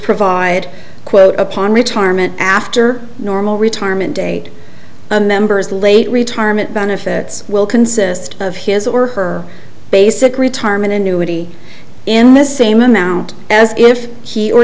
provide quote upon retirement after normal retirement date members late retirement benefits will consist of his or her basic retirement annuity in this same amount as if he or